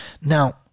Now